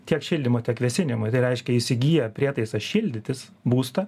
tiek šildymui tiek vėsinimui tai reiškia įsigiję prietaisą šildytis būstą